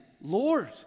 Lord